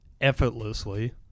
effortlessly